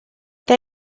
they